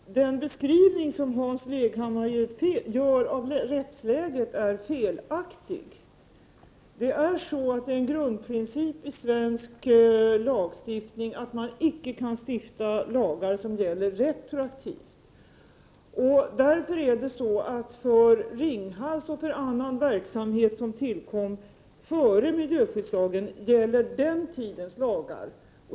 Herr talman! Den beskrivning som Hans Leghammar gör av rättsläget är felaktig. Grundprincipen i svensk lagstiftning är att man icke kan stifta lagar som skall gälla retroaktivt. Beträffande Ringhals och annan verksamhet som tillkom före miljöskyddslagen gäller den tidens lagar.